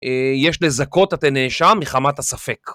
יש לזכות את הנאשם מחמת הספק.